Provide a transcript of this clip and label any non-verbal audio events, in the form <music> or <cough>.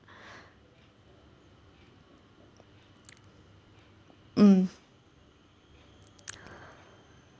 <breath> mm